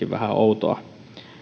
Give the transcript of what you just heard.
vähän outoa